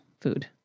food